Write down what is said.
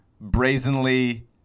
brazenly